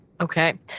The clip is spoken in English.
Okay